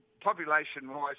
population-wise